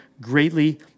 greatly